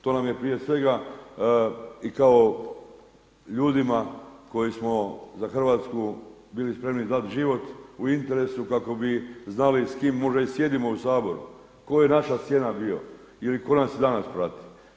To nam je prije svega i kao ljudima koji smo za Hrvatsku bili spremni dati život u interesu kako bi znali s kime možda i sjedimo u Saboru, tko je naša sjena bio ili tko nas i danas prati.